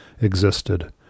existed